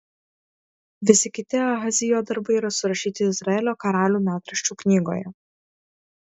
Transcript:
visi kiti ahazijo darbai yra surašyti izraelio karalių metraščių knygoje